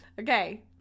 Okay